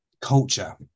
Culture